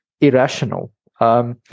irrational